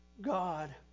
God